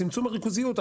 צמצום הריכוזיות.